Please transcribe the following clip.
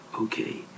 Okay